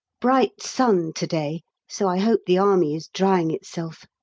bright sun to-day, so i hope the army is drying itself.